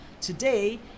today